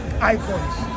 icons